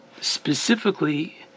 specifically